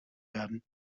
werden